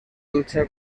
lucha